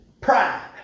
Pride